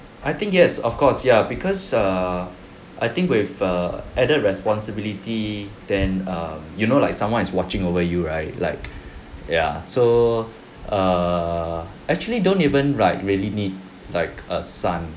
I think yes of course ya because err I think with err added responsibility then um you know like someone is watching over you right like ya so err actually don't even like really need like a son